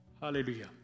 Hallelujah